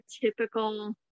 typical